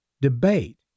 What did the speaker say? debate